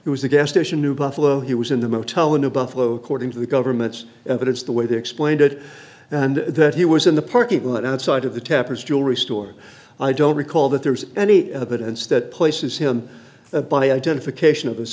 it was a gas station knew buffalo he was in the motel in new buffalo according to the government's evidence the way they explained it and that he was in the parking lot outside of the tempest jewelry store i don't recall that there's any evidence that places him the body identification of